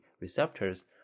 receptors